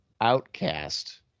Outcast